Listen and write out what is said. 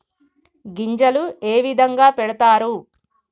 గింజలు ఏ విధంగా పెడతారు?